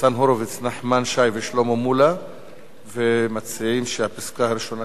נחמן שי ושלמה מולה שמציעים שהפסקה הראשונה